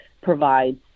provides